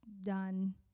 done